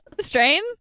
Strain